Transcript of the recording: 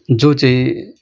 जो चाहिँ